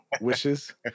wishes